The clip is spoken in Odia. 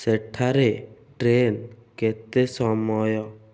ସେଠାରେ ଟ୍ରେନ୍ କେତେ ସମୟ